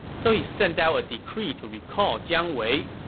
so he sent out a decree to recall jiang wei.